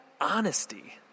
honesty